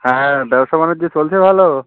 হ্যাঁ ব্যবসা বাণিজ্য চলছে ভালো